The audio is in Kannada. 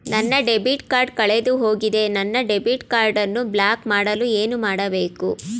ನನ್ನ ಡೆಬಿಟ್ ಕಾರ್ಡ್ ಕಳೆದುಹೋಗಿದೆ ನನ್ನ ಡೆಬಿಟ್ ಕಾರ್ಡ್ ಅನ್ನು ಬ್ಲಾಕ್ ಮಾಡಲು ಏನು ಮಾಡಬೇಕು?